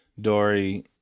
Dory